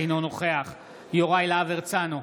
אינו נוכח יוראי להב הרצנו,